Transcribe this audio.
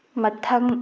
ꯃꯊꯪ